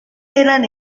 eran